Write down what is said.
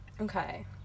Okay